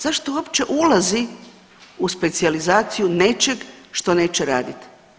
Zašto uopće ulazi u specijalizaciju nečeg što neće radit?